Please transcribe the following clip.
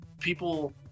people